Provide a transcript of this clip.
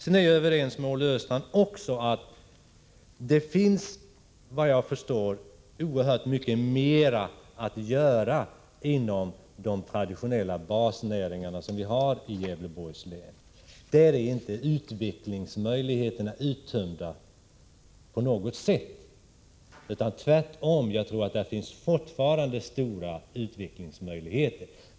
Jag är överens med Olle Östrand också om att det finns, såvitt jag förstår, oerhört mycket mera att göra inom de traditionella basnäringarna i Gävleborgs län. Där är inte utvecklingsmöjligheterna uttömda på något sätt. Tvärtom tror jag att det fortfarande finns stora utvecklingsmöjigheter där.